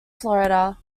florida